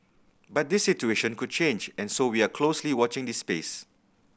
but this situation could change and so we are closely watching this space